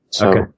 Okay